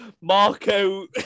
Marco